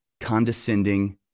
condescending